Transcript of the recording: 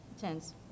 tense